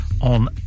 on